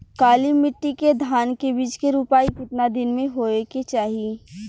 काली मिट्टी के धान के बिज के रूपाई कितना दिन मे होवे के चाही?